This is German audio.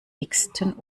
dicksten